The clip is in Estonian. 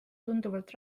tunduvalt